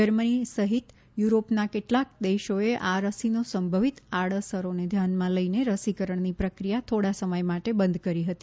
Germany સહિત યુરોપનાં કેટલાંક દેશોએ આ રસીનો સંભવિત આડઅસરોને ધ્યાનમાં લઈને રસીકરણનો પ્રક્રિયા થોડા સમય માટે બંધ કરી હતી